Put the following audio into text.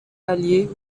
ailier